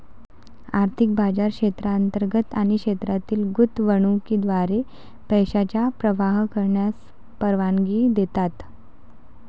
आर्थिक बाजार क्षेत्रांतर्गत आणि क्षेत्रातील गुंतवणुकीद्वारे पैशांचा प्रवाह करण्यास परवानगी देतात